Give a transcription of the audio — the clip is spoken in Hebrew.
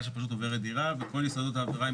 שפשוט עוברת דירה וכל יסודות העבירה הם